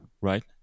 right